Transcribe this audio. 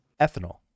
Ethanol